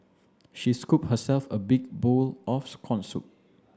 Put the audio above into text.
she scooped herself a big bowl of corn soup